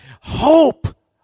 Hope